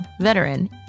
veteran